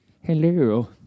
Hello